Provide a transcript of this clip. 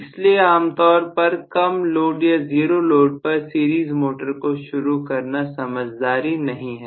इसलिए आमतौर पर कम लोड या जीरो लोड पर सीरीज मोटर को शुरू करना समझदारी नहीं है